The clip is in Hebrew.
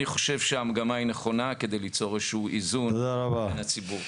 אני חושב שהמגמה היא נכונה כדי ליצור איזשהו איזון בין הציבור.